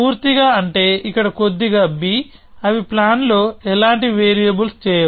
పూర్తిగా అంటే ఇక్కడ కొద్దిగా b అవి ప్లాన్ లో ఎలాంటి వేరియబుల్స్ చేయవు